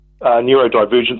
neurodivergence